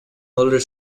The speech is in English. older